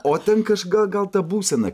o ten kaž gal gal ta būsena